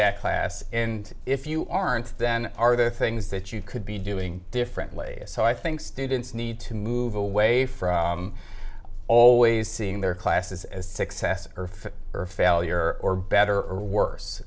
that class and if you aren't then are there things that you could be doing differently so i think students need to move away from always seeing their classes as success or fit or failure or better or worse